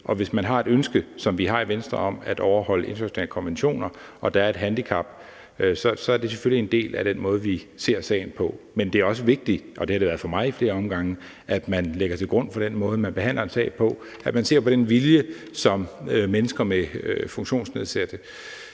Og hvis man har et ønske, som vi har i Venstre, om at overholde internationale konventioner, og der er et handicap, så er det selvfølgelig en del af den måde, vi ser sagen på. Men det er også vigtigt, og det har det været for mig i flere omgange, at man lægger til grund for den måde, man behandler en sag på, at man ser på den vilje, som mennesker med funktionsnedsættelse